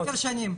עשר שנים?